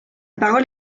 parole